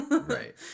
Right